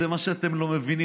זה מה שאתם לא מבינים.